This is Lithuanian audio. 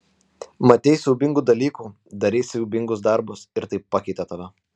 matei siaubingų dalykų darei siaubingus darbus ir tai pakeitė tave